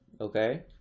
okay